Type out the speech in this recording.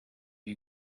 you